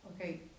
Okay